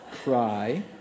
cry